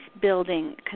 building